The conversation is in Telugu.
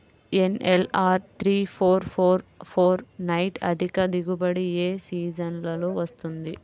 NLR three four four four nine అధిక దిగుబడి ఏ సీజన్లలో వస్తుంది?